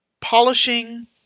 polishing